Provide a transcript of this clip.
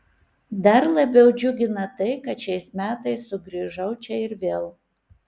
dar labiau džiugina tai kad šiais metais sugrįžau čia ir vėl